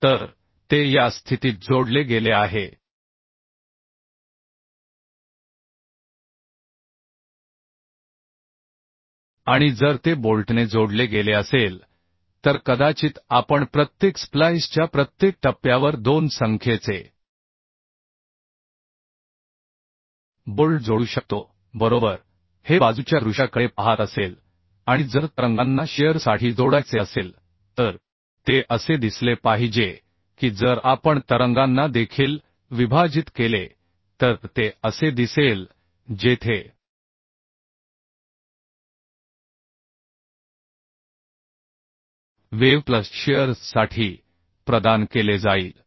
तर ते या स्थितीत जोडले गेले आहे आणि जर ते बोल्टने जोडले गेले असेल तर कदाचित आपण प्रत्येक स्प्लाइसच्या प्रत्येक टप्प्यावर दोन संख्येचे बोल्ट जोडू शकतो बरोबर हे बाजूच्या दृश्याकडे पहात असेल आणि जर तरंगांना शिअर साठी जोडायचे असेल तर ते असे दिसले पाहिजे की जर आपण तरंगांना देखील विभाजित केले तर ते असे दिसेल जेथे आह वेव्ह प्लस शिअर साठी प्रदान केले जाईल